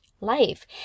life